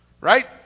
Right